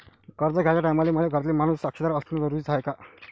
कर्ज घ्याचे टायमाले मले घरातील माणूस साक्षीदार असणे जरुरी हाय का?